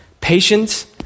Patience